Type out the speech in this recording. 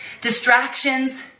distractions